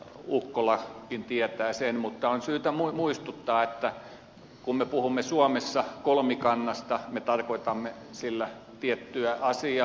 ukkolakin tietää sen mutta on syytä muistuttaa että kun me puhumme suomessa kolmikannasta me tarkoitamme sillä tiettyä asiaa